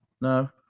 No